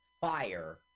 fire